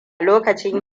lokacin